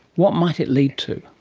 what might it lead to?